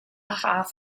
half